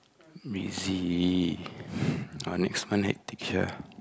busy [wah] next month hectic sia